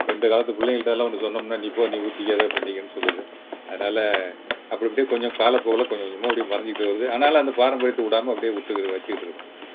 இப்போ இந்த காலத்து பிள்ளைங்கள்ட்டெல்லாம் ஒன்று சொன்னோம்ன்னால் நீ போ நீ ஊற்றிக்க ஏதாவது பண்ணிக்கேன்னு சொல்லுது அதனால அப்படி அப்படியே கொஞ்சம் காலப்போக்கில் கொஞ்சம் கொஞ்சமாக அப்படியே மறைஞ்சிக்கிட்டு வருது ஆனாலும் அந்த பாரம்பரியத்தை விடாம அப்படியே விட்டுக்கி வச்சுக்கிட்டு இருக்கோம்